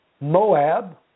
Moab